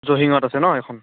জহিংত আছে ন এখন